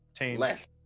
less